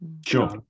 Sure